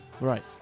Right